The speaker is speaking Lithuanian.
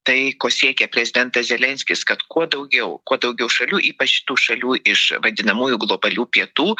tai ko siekia prezidentas zelenskis kad kuo daugiau kuo daugiau šalių ypač tų šalių iš vadinamųjų globalių pietų